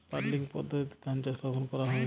Puddling পদ্ধতিতে ধান চাষ কখন করা হয়?